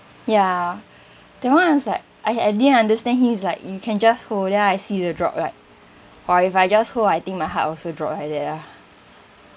ya that [one] is like I had I didn't understand him he's like you can just hold then I see the drop right or if I just hold I think my heart also drop like that ah